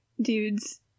dudes